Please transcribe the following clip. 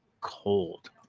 cold